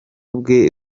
bwe